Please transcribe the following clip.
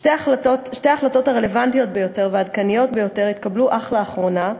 שתי ההחלטות הרלוונטיות ביותר והעדכניות ביותר התקבלו אך לאחרונה,